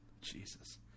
Jesus